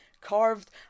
carved